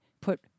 put